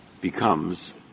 becomes